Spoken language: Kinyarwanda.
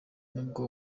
n’ubwo